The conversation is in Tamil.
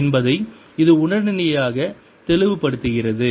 என்பதை இது உடனடியாக தெளிவுபடுத்துகிறது